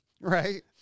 Right